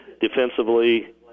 defensively